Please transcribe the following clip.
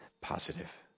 positive